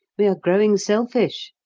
we are growing selfish!